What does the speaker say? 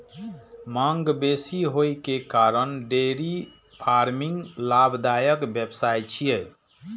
मांग बेसी होइ के कारण डेयरी फार्मिंग लाभदायक व्यवसाय छियै